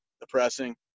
depressing